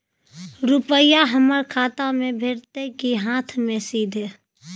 रुपिया हमर खाता में भेटतै कि हाँथ मे सीधे?